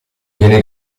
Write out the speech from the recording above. viene